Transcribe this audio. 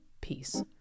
Peace